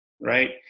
right